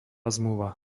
zmluva